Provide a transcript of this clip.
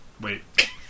Wait